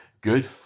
good